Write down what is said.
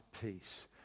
peace